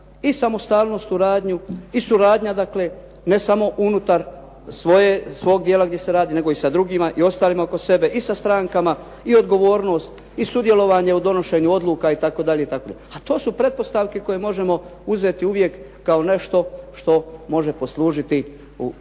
i samostalnost u radu i suradnja ne samo unutar svog dijela gdje se radi, nego i sa drugima i ostalima oko sebe i sa strankama, i odgovornost, i sudjelovanje u donošenju odluka itd. a to su pretpostavke koje možemo uzeti uvijek kao nešto što može poslužiti u